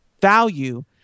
value